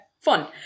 fun